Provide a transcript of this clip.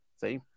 see